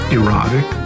erotic